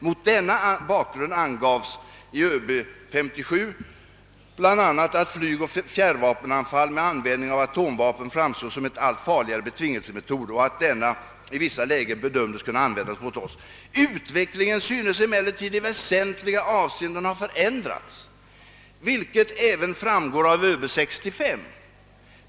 Mot denna bakgrund angavs i ÖB 57 bl.a. "att flygoch fjärrvapenanfall med användning av atomvapen framstår som en allt farligare betvingelsemetod” och att denna i vissa lägen bedömdes kunna användas mot oss. Utvecklingen synes emellertid i väsentligt avseende ha förändrats, vilket även framgår av ÖB 65.